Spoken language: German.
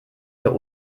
für